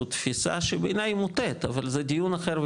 תפיסה שבעיני היא מוטעית אבל זה דיון אחר,